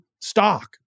stock